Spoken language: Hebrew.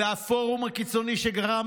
זה הפורום הקיצוני שגרם